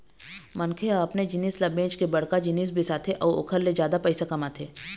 मनखे ह अपने जिनिस ल बेंच के बड़का जिनिस बिसाथे अउ ओखर ले जादा पइसा कमाथे